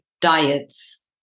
diets